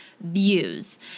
views